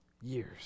years